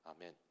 Amen